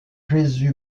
jesús